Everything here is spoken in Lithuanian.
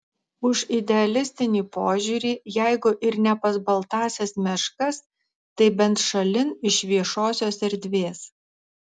už idealistinį požiūrį jeigu ir ne pas baltąsias meškas tai bent šalin iš viešosios erdvės